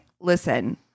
listen